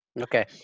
Okay